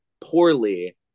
poorly